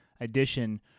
edition